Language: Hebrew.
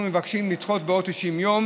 אנחנו מבקשים לדחות בעוד 90 יום.